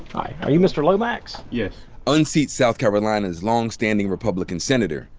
hi. are you mr. lomax? yeah unseat south carolina's long-standing republican senator,